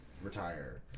retire